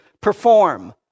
perform